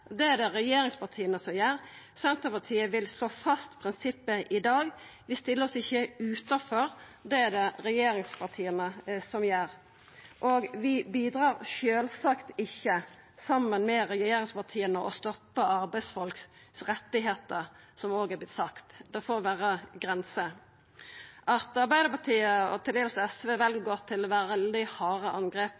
Det er det regjeringspartia som gjer. Senterpartiet vil slå fast prinsippet i dag. Vi stiller oss ikkje utanfor. Det er det regjeringspartia som gjer. Og vi bidreg sjølvsagt ikkje, saman med regjeringspartia, til å stoppa rettane til arbeidsfolk, som òg er vorte sagt. Det får vera grenser. At Arbeidarpartiet og til dels SV vel å gå til veldig harde angrep